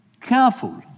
careful